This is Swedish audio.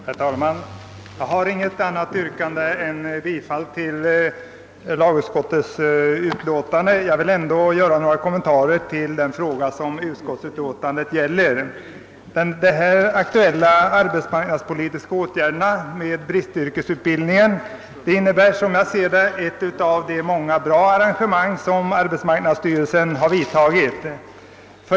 Herr talman! Jag har inget annat yrkande än bifall till utskottets hemställan men vill ändå gära några kommentarer till den fråga som utskottet behandlat. Som jag ser det är bristyrkesutbildningen ett av de många bra arrangemang som =:arbetsmarknadsstyrelsen vidtagit.